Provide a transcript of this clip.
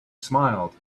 smiled